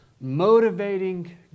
motivating